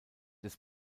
des